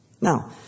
Now